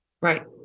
Right